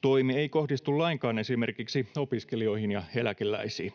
toimi ei kohdistu lainkaan esimerkiksi opiskelijoihin ja eläkeläisiin.